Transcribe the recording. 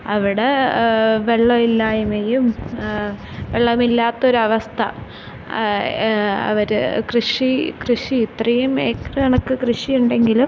അവിടെ വെള്ളവില്ലായ്മയും വെള്ളമില്ലാത്തൊരവസ്ഥ അവര് കൃഷി കൃഷി ഇത്രെയും ഏക്കറ് കണക്ക് കൃഷി ഉണ്ടെങ്കിലും